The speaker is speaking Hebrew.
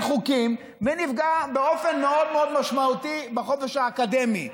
חוקים ונפגע באופן מאוד מאוד משמעותי בחופש האקדמי.